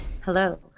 Hello